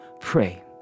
pray